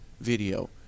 video